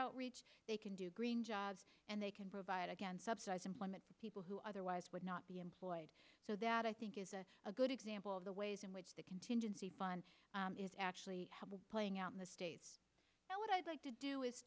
outreach they can do green jobs and they can provide again subsidize employment people who otherwise would not be employed so that i think is a good example of the ways in which the contingency fund is actually playing out in the states and what i'd like to do is